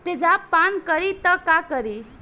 तेजाब पान करी त का करी?